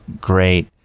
great